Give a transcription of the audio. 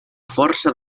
força